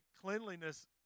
cleanliness